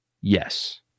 Yes